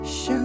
Show